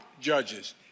judges